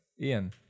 Ian